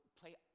play